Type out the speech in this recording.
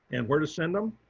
and where to send them.